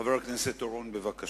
חבר הכנסת חיים אורון, בבקשה,